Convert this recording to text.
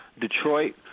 Detroit